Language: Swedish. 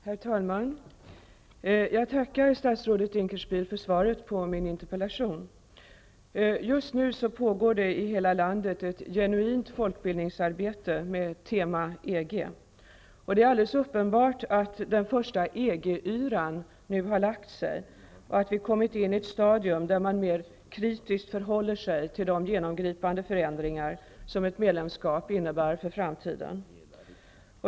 Herr talman! Jag tackar statsrådet Dinkelspiel för svaret på min interpellation. Just nu pågår i hela landet ett genuint folkbildningsarbete på temat EG. Det är alldeles uppenbart att den första EG-yran nu har lagt sig och att vi kommit in i ett stadium där man förhåller sig mer kritiskt till de genomgripande förändringar som ett medlemskap innebär för framtiden.